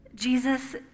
Jesus